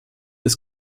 des